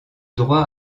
droit